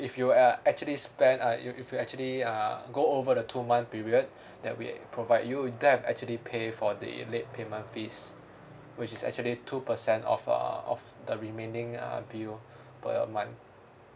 if you uh actually spend uh if you actually uh go over the two month period that we provide you that'll actually pay for the late payment fees which is actually two percent of uh of the remaining uh bill per month